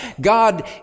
God